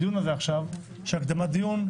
הדיון הזה עכשיו של הקדמת דיון,